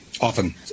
often